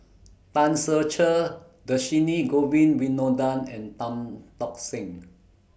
Tan Ser Cher Dhershini Govin Winodan and Tan Tock Seng